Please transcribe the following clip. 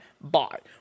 bought